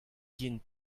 ken